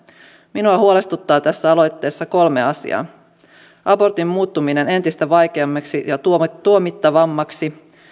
minua huolestuttaa tässä aloitteessa kolme asiaa ensimmäinen on abortin muuttuminen entistä vaikeammaksi ja tuomittavammaksi